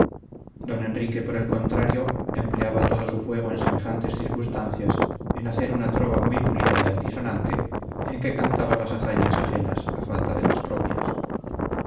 don enrique por el contrario empleaba todo su fuego en semejantes circunstancias en hacer una trova muy pulida y altisonante en que cantaba las hazañas ajenas a falta de las propias